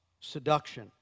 seduction